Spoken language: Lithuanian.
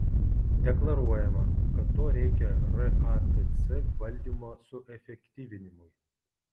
deklaruojama kad to reikia ratc valdymo suefektyvinimui